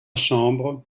chambre